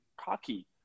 cocky